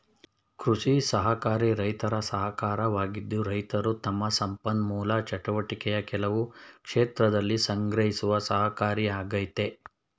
ಕೃಷಿ ಸಹಕಾರಿ ರೈತರ ಸಹಕಾರವಾಗಿದ್ದು ರೈತರು ತಮ್ಮ ಸಂಪನ್ಮೂಲ ಚಟುವಟಿಕೆಯ ಕೆಲವು ಕ್ಷೇತ್ರದಲ್ಲಿ ಸಂಗ್ರಹಿಸುವ ಸಹಕಾರಿಯಾಗಯ್ತೆ